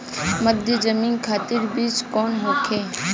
मध्य जमीन खातिर बीज कौन होखे?